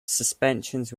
suspensions